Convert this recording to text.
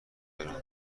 دارم